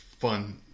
fun